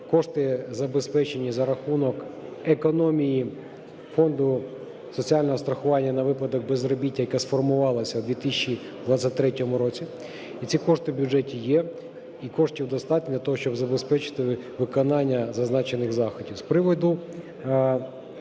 Кошти, забезпечені за рахунок економії фонду соціального страхування на випадок безробіття, яке сформувалося у 2023 році. Ці кошти в бюджеті є, і коштів достатньо для того, щоб забезпечити виконання зазначених заходів.